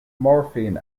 morphine